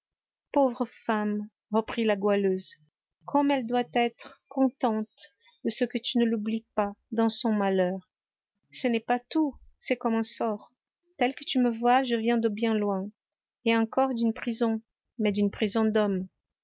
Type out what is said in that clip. pauvre femme reprit la goualeuse comme elle doit être contente de ce que tu ne l'oublies pas dans son malheur ce n'est pas tout c'est comme un sort telle que tu me vois je viens de bien loin et encore d'une prison mais d'une prison d'hommes